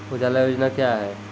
उजाला योजना क्या हैं?